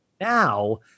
now